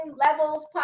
Levels